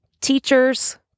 teachers